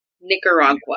Nicaragua